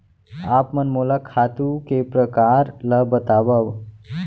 आप मन मोला खातू के प्रकार ल बतावव?